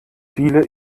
viele